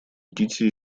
кити